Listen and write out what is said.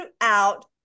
throughout